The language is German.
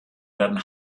werden